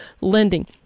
lending